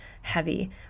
heavy